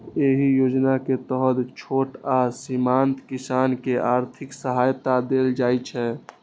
एहि योजना के तहत छोट आ सीमांत किसान कें आर्थिक सहायता देल जाइ छै